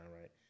right